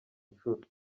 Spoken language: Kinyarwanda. nshuro